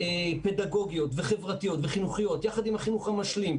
פדגוגיות וחברתיות וחינוכיות יחד עם החינוך המשלים,